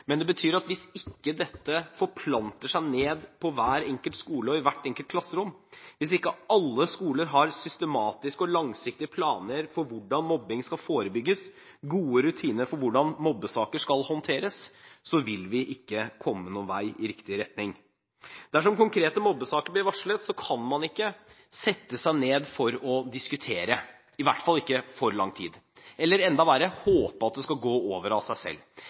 men det betyr at hvis ikke dette forplanter seg ned til hver enkelt skole og hvert enkelt klasserom, hvis ikke alle skoler har systematiske og langsiktige planer for hvordan mobbing skal forebygges, gode rutiner for hvordan mobbesaker skal håndteres, så vil vi ikke komme noen vei i riktig retning. Dersom konkrete mobbesaker blir varslet, kan man ikke sette seg ned for å diskutere, i hvert fall ikke i for lang tid, eller – enda verre – håpe at det skal gå over av seg selv.